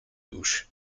douche